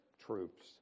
troops